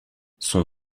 son